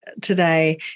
today